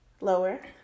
Lower